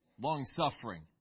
long-suffering